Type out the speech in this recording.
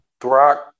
Throck